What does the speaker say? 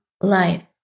life